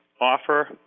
offer